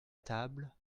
table